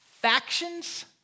Factions